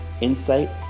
insight